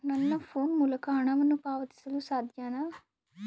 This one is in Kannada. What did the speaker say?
ನನ್ನ ಫೋನ್ ಮೂಲಕ ಹಣವನ್ನು ಪಾವತಿಸಲು ಸಾಧ್ಯನಾ?